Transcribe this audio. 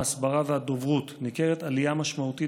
ההסברה והדוברות ניכרת עלייה משמעותית